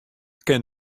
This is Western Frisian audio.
kin